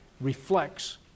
reflects